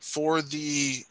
for the